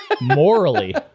Morally